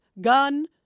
gun